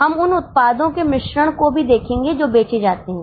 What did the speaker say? हम उन उत्पादों के मिश्रण को भी देखेंगे जो बेचे जाते हैं